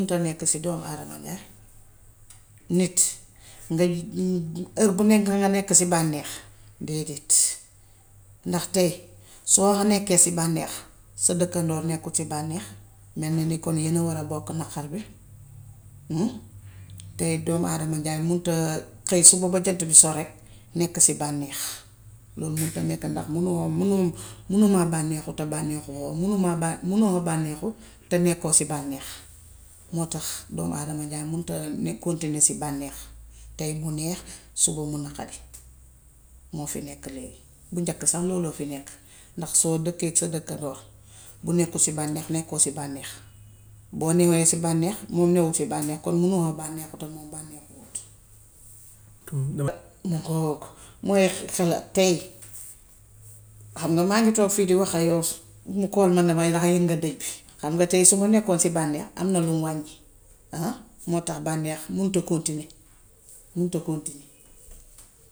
Mënta nekk si doomu aadama njaay nit nga heure bu nekk nga nekk si bànneex. Déedéet. Ndax tay, soo nekkee si bànneex, sa dëkkandoo nekkul si bànneex. Mel ne ni kon yeen a war a bokk naqar bi. Te doomu aadama njaay mënul xëy suba ba jant bi so rekk nekk si bànneex. Loolu mënta nekk ndax munoo munoo munumaa bànneexu te bànneexuwoo. Munuma ba, munuma bànneexu, te nekoo si bànneex. Moo tax doomu aadama njaay mënta kontine si bànneex. Tay mu neex suba mu naqari. Moo fi nekk léegi. Bu njëkk sax looloo fi nekk ndax soo dëkkeek sa dëkkandoo, bu nekkul si bànneexn nekkoo si bànnex. Boo nehee si bànneex moom newul ci bànneex. Kon munoo bàneexu te moom bànneexuwut. tay, xam nga maa ngi toog fii di wax ak yaw mu call ma ni ma ni ma ndax yëg nga dëj bi. Xam nga su ma nekkoon si bànneex, am na lum wàññi. Moo tax bànneex munta kontine munta kontine.